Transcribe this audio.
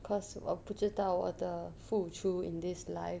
cause 我不知道我的付出 in this life